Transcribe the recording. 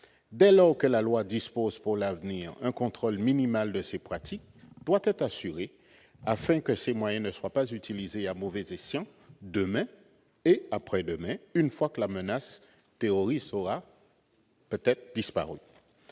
dès lors que la loi dispose pour l'avenir, un contrôle minimal de ces pratiques doit être assuré afin que ces moyens ne soient pas utilisés à mauvais escient, demain et après-demain, une fois que la menace terroriste aura peut-être disparu.